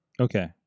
okay